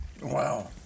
Wow